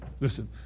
Listen